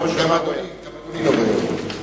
בשבוע שעבר הוא היה כאן.